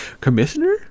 Commissioner